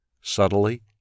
Subtly